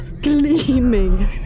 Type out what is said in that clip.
gleaming